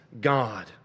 God